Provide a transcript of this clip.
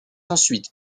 ensuite